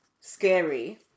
scary